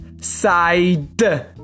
side